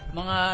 mga